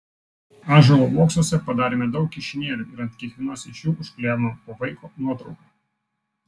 ąžuolo uoksuose padarėme daug kišenėlių ir ant kiekvienos iš jų užklijavome po vaiko nuotrauką